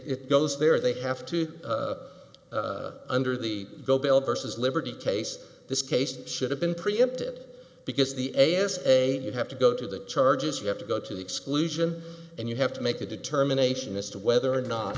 it goes there they have to under the go bail versus liberty case this case should have been preempted because the a is a you have to go to the charges you have to go to the exclusion and you have to make a determination as to whether or not